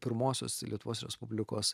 pirmosios lietuvos respublikos